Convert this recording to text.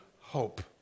hope